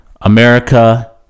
America